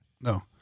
No